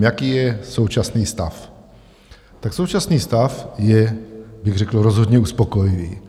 Jaký je současný stav současný stav je bych řekl, rozhodně uspokojivý.